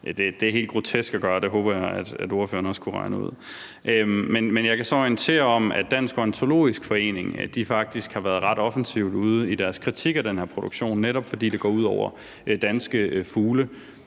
det er helt grotesk at gøre det, og det håber jeg at ordføreren også kan regne ud. Men jeg kan så orientere om, at Dansk Ornitologisk Forening faktisk har været ude med en ret offensiv kritik af den her produktion, netop fordi det går ud over danske fugle.